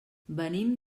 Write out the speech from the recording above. venim